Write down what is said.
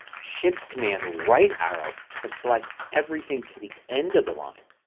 shift command right arrow to select everything to the end of the line.